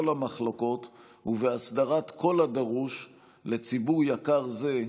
המחלוקות ובהסדרת כל הדרוש לציבור יקר זה,